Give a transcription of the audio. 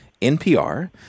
NPR